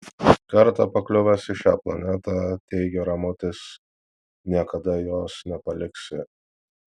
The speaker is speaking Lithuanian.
kartą pakliuvęs į šią planetą teigė ramutis niekada jos nepaliksi